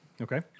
Okay